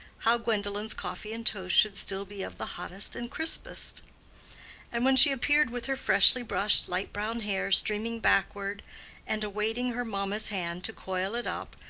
how gwendolen's coffee and toast should still be of the hottest and crispest and when she appeared with her freshly-brushed light-brown hair streaming backward and awaiting her mamma's hand to coil it up,